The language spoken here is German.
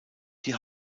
die